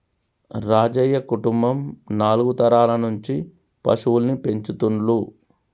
రాజయ్య కుటుంబం నాలుగు తరాల నుంచి పశువుల్ని పెంచుతుండ్లు